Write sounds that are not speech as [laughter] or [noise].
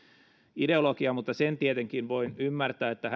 ideologiaa mutta sen tietenkin voin ymmärtää että [unintelligible]